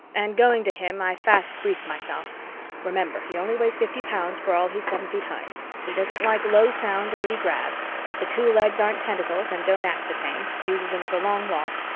and, going to him, i fast briefed myself remember, he only weighs fifty pounds for all he's seven feet high he doesn't like low sounds or to be grabbed the two legs aren't tentacles and don't act the same uses them for long walks,